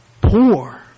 poor